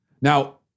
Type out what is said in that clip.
Now